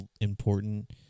important